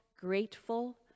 grateful